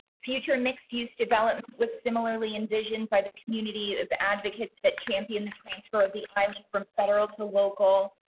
future mixed use development was similarly envisioned by the community of the advocates that champion the transfer of the pilot from federal to local.